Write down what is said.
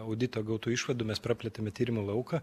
audito gautų išvadų mes praplėtėme tyrimo lauką